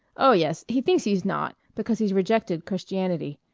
oh, yes. he thinks he's not, because he's rejected christianity.